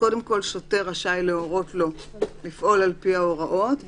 קודם כול שוטר רשאי להורות לו לפעול לפי ההוראות,